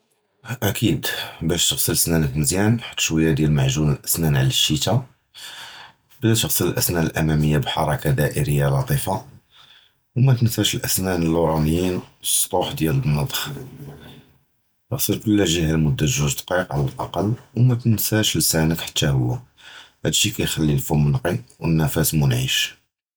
אַכֵּיד, בַּשּׁ תְּגַסֵּל סְנָאנְכּ מְזִיּאַנָאן, חַטּ שׁוּיָּא דִּיַּאל מַעְגּוּן אֶל-סְנָאן עַל אֶל-שִּׁיטָה, בְּדָּא תְּגַסֵּל אֶל-סְנָאנְ אֶל-אַמָּאמִיָה בְּחַרְכָּה דַּאִירִיָה לַטִיפָּה, וְלָא תִּנְסָא אֶל-סְנָאנְ אֶל-לוּרָאנִיִין וְאֶל-סְטוּחּוּץ דִיָּאל אֶל-מִצְ'ע, עַגְּסֵּל כְּלָא גִ'יהּ מֻדַּת גּוּג דַּקָּאִיק עַל אֶל-אَقַּל, וְלָא תִּנְסָא לְסַאנְכּ גַם הוּוּ, הַדָּא כִּיַּכְלִּי אֶל-פֻּם נָקִי וְאֶל-נַפְס מֻנַעֵשׁ.